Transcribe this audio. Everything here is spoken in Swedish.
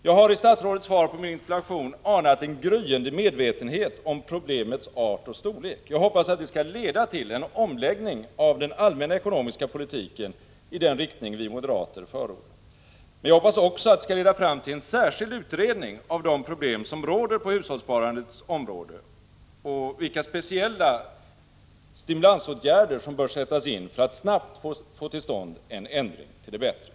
Jag har i statsrådets svar på min interpellation anat en gryende medvetenhet om problemets art och storlek. Jag hoppas att det skall leda till en omläggning av den allmänna ekonomiska politiken i den riktning vi moderater förordar. Men jag hoppas också att det skall leda fram till en särskild utredning av de problem som råder på hushållssparandets område och till en utredning av vilka speciella stimulansåtgärder som bör sättas in för att vi snabbt skall få till stånd en ändring till det bättre.